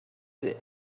the